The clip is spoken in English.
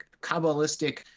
Kabbalistic